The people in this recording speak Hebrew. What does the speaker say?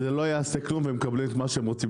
זה לא יעשה כלום והם מקבלים את מה שהם רוצים.